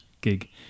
gig